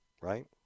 right